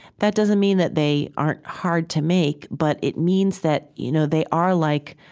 that doesn't mean that they aren't hard to make, but it means that you know they are like